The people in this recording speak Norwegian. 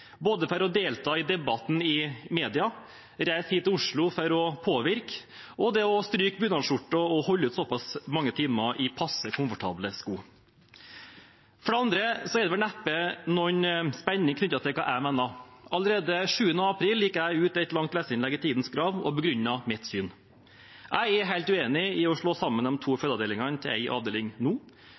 både å delta i debatten i media, reise hit til Oslo for å påvirke og stryke bunadsskjorter og holde ut så pass mange timer i passe komfortable sko. For det andre er det neppe noen spenning knyttet til hva jeg mener. Allerede den 7. april gikk jeg ut i et langt leserinnlegg i Tidens Krav og begrunnet mitt syn. Jeg er helt uenig i å slå sammen de to fødeavdelingene til én avdeling nå.